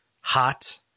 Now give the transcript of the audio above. hot